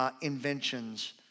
inventions